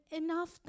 enough